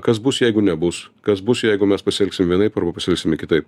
kas bus jeigu nebus kas bus jeigu mes pasielgsim vienaip arba pasielgsime kitaip